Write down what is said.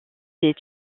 des